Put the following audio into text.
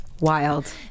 Wild